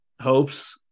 hopes